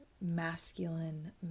Masculine